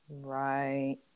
Right